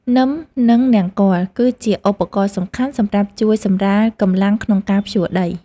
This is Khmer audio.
នឹម និងនង្គ័ល គឺជាឧបករណ៍សំខាន់សម្រាប់ជួយសម្រាលកម្លាំងក្នុងការភ្ជួរដី។